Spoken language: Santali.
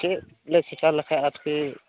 ᱪᱮᱫ ᱞᱮ ᱪᱮᱠᱟ ᱞᱮᱠᱷᱟᱱ ᱟᱨᱠᱤ